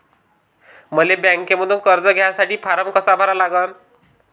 मले बँकेमंधून कर्ज घ्यासाठी फारम कसा भरा लागन?